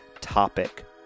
topic